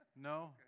No